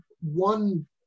one